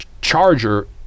Charger